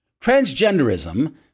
Transgenderism